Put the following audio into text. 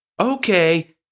Okay